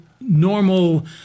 normal